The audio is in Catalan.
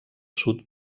sud